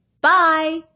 Bye